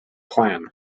plan